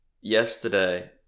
yesterday